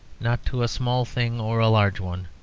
not to a small thing or a large one,